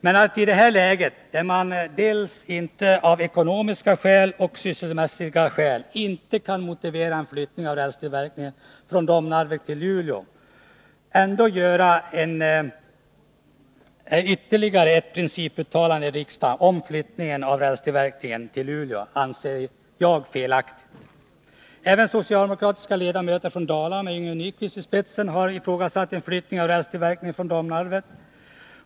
Men att i detta läge — när man inte av ekonomiska skäl och sysselsättningsmässiga skäl kan motivera en flyttning av rälstillverkningen från Domnarvet till Luleå — göra ytterligare ett principuttalande i riksdagen om flyttningen av rälstillverkningen till Luleå, anser jag vara felaktigt. Även socialdemokratiska ledamöter från Dalarna, med Yngve Nyquist i spetsen, har ifrågasatt en flyttning av rälstillverkningen från Domnarvet.